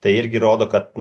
tai irgi rodo kad